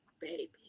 Baby